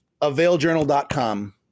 Availjournal.com